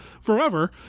forever